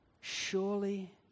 surely